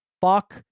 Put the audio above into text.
fuck